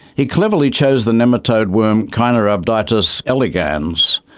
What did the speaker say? he cleverly chose the nematode worm caenorhabditis elegans.